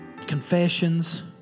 confessions